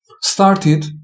started